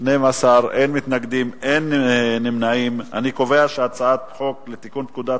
ההצעה להעביר את הצעת חוק לתיקון פקודת